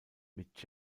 mit